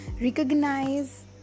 recognize